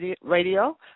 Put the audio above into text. Radio